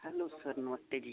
hello sir नमस्ते जी